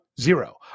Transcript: zero